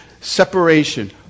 separation